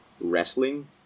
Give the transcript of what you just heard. wrestling